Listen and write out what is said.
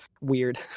weird